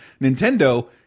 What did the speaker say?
Nintendo